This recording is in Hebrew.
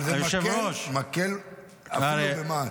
אבל זה מקל אפילו במשהו.